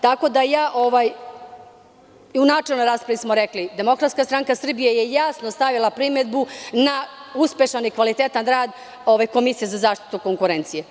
Tako da, i u načelnoj raspravi smo rekli DSS je jasno stavila primedbu na uspešan i kvalitetan rad ove komisije za zaštitu konkurencije.